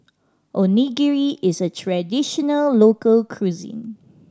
onigiri is a traditional local cuisine